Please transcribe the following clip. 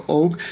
ook